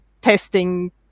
testing